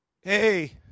Hey